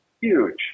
huge